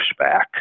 pushback